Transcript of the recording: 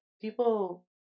people